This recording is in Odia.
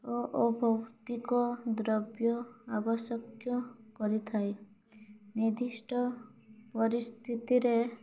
ଓ ଅଭୌତିକ ଦ୍ରବ୍ୟ ଆବଶ୍ୟକ କରିଥାଏ ନିର୍ଦ୍ଧିଷ୍ଟ ପରିସ୍ଥିତିରେ